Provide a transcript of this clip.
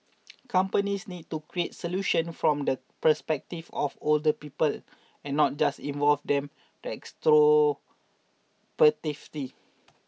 companies need to create solutions from the perspective of older people and not just involve them retrospectively